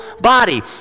body